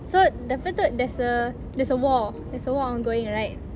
so apa tu there's a there's a war there's a war ongoing right